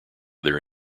their